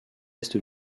est